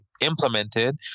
implemented